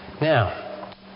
Now